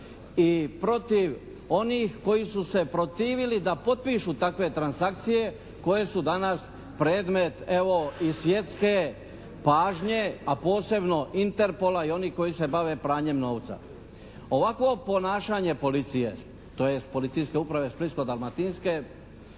i protiv onih koji su se protivili da potpišu takve transakcije koje su danas predmet evo i svjetske pažnje a posebno Interpola i onih koji se bave pranjem novca. Ovakvo ponašanje policije, tj. Policijske uprave splitsko-dalmatinske